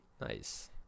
Nice